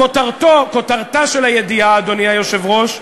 כותרתה של הידיעה, אדוני היושב-ראש: